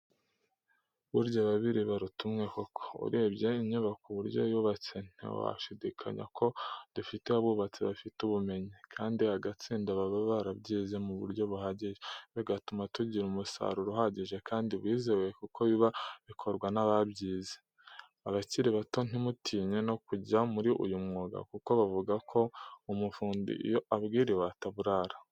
Burya ababiri baruta umwe koko, urebye inyubako uburyo yubatse ntawashidikanya ko dufite abubatsi bafite ubumenyi, kandi agatsinda baba barabyize mu buryo buhagije, bigatuma tugira umusaruro uhagije kandi wizewe kuko biba bikorwa n'ababyize. Abakiri bato ntimutinye no kujya muri uyu mwuga kuko bavugako umufundi iyo abwiriwe ataburara.